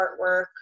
artwork